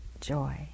joy